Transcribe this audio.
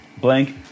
Blank